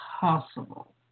possible